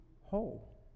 whole